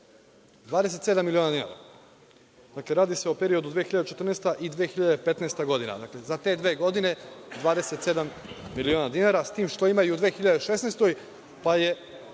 27 miliona dinara? Dakle, radi se o periodu od 2014. i 2015. godina, za te dve godine 27 miliona dinara, s tim što ima i u 2016. godini,